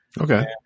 Okay